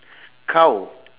cow